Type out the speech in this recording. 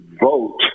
vote